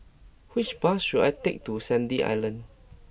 which bus should I take to Sandy Island